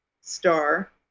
star